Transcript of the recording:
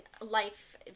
life